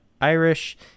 Irish